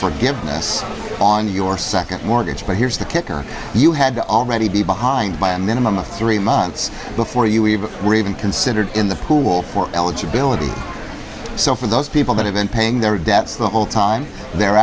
forgiveness on your second mortgage but here's the kicker you had to already be behind by a minimum of three months before you even read and considered in the pool for eligibility so for those people that have been paying their debts the whole time they're